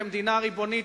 כמדינה ריבונית,